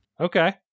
Okay